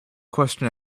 question